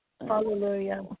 Hallelujah